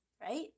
right